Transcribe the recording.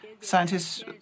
scientists